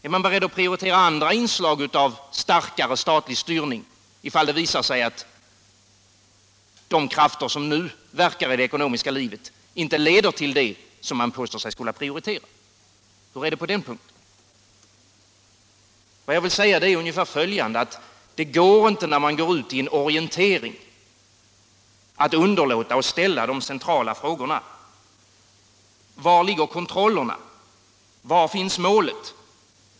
Är man beredd att prioritera andra inslag av starkare statlig styrning ifall det visar sig att de krafter som nu verkar i det ekonomiska livet inte leder till det som man påstår sig vilja prioritera? Hur är det på den punkten? Vad jag vill säga är ungefär följande. Det går inte att gå ut i en orientering och underlåta att ställa de centrala frågorna: Var ligger kontrollerna? Var finns målet?